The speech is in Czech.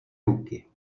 ruky